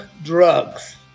Drugs